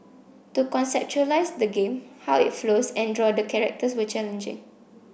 to conceptualise the game how it flows and draw the characters were challenging